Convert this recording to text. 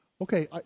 okay